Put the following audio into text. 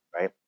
right